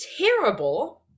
terrible